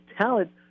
talent